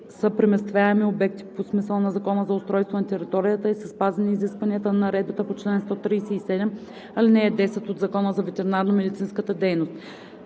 са преместваеми обекти по смисъла на Закона за устройство на територията и са спазени изискванията на наредбата по чл. 137, ал. 10 от Закона за ветеринарномедицинската дейност.